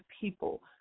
people